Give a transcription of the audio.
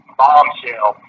bombshell